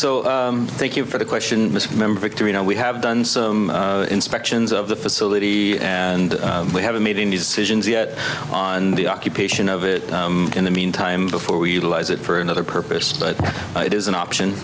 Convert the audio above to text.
so thank you for the question member victory now we have done some inspections of the facility and we haven't made any decisions yet on the occupation of it in the meantime before utilize it for another purpose but it is an option